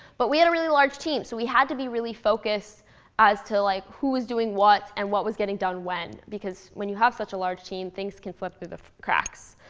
but we had a really large team. so we had to be really focused as to like who was doing what and what was getting done when. because when you have such a large team, things can slip through the cracks.